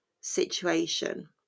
situation